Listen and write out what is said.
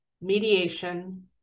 mediation